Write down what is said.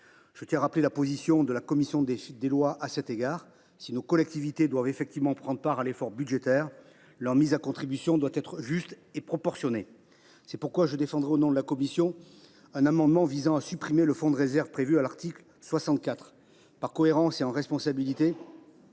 Je tiens à rappeler la position de la commission des lois à cet égard : si nos collectivités doivent effectivement prendre part à l’effort budgétaire, leur mise à contribution doit être juste et proportionnée. C’est pourquoi je défendrai, au nom de la commission des lois, un amendement tendant à supprimer le fonds de réserve prévu à l’article 64. Par cohérence et en responsabilité,